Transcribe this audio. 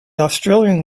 australian